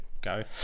go